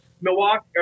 Milwaukee